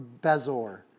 Bezor